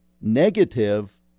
negative